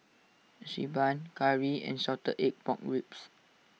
Xi Ban Curry and Salted Egg Pork Ribs